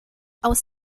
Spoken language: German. aus